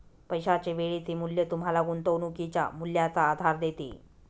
पैशाचे वेळेचे मूल्य तुम्हाला गुंतवणुकीच्या मूल्याचा आधार देते